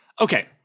Okay